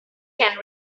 can